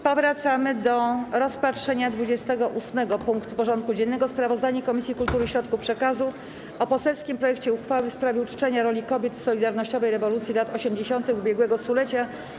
Powracamy do rozpatrzenia punktu 28. porządku dziennego: Sprawozdanie Komisji Kultury i Środków Przekazu o poselskim projekcie uchwały w sprawie uczczenia roli kobiet w solidarnościowej rewolucji lat 80-tych ubiegłego stulecia.